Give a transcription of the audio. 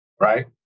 right